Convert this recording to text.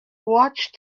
watched